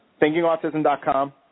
thinkingautism.com